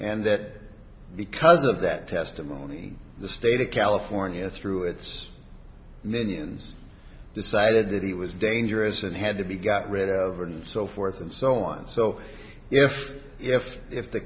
and that because of that testimony the state of california through its minions decided that he was dangerous and had to be got rid of and so forth and so on so if if if the